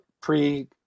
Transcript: pre